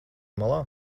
malā